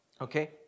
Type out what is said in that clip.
okay